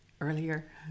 Earlier